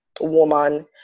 woman